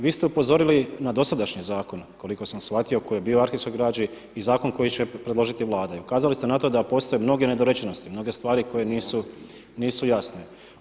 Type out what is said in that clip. Vi ste upozorili na dosadašnji zakon koliko sam shvatio koji je bio o arhivskoj građi i zakon koji će ukazati Vlada i ukazali ste na to da postoje mnoge nedorečenosti, mnoge stvari koje nisu jasne.